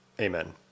Amen